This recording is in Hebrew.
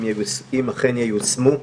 אם אכן ייושמו.